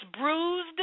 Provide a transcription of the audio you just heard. bruised